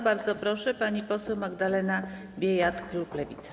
Bardzo proszę, pani poseł Magdalena Biejat, klub Lewica.